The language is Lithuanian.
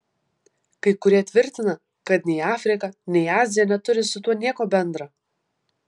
kai kurie tvirtina kad nei afrika nei azija neturi su tuo nieko bendra